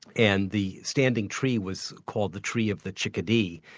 and the standing tree was called the tree of the chickadee.